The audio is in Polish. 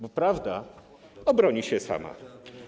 Bo prawda obroni się sama.